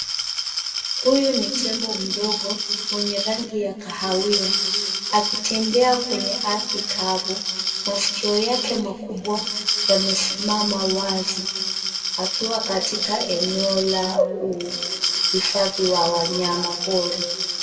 Huyu ni tembo mdogo mwenye rangi ya kahawia, akitembea kwenye ardhi kavu. Masikio yake makubwa yamesimama wazi, akiwa katika eneo la uhifadhi wa wanyama pori.